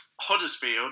Huddersfield